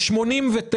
ב-89'